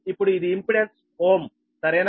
ఇప్పుడు ఇది impedance ohm సరేనా